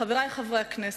חברי חברי הכנסת,